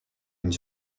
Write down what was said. une